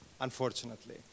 unfortunately